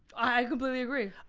i completely agree.